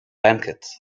banquet